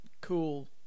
cool